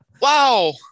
wow